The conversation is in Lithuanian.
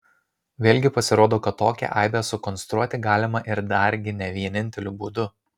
vėlgi pasirodo kad tokią aibę sukonstruoti galima ir dargi ne vieninteliu būdu